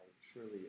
surely